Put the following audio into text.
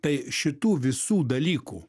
tai šitų visų dalykų